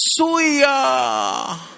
suya